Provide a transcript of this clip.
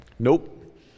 Nope